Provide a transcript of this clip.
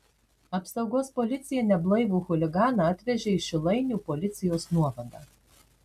apsaugos policija neblaivų chuliganą atvežė į šilainių policijos nuovadą